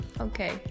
Okay